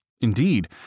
Indeed